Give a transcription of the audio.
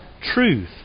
truth